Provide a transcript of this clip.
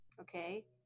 Okay